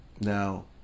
Now